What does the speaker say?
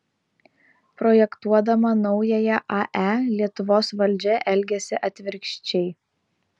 projektuodama naująją ae lietuvos valdžia elgiasi atvirkščiai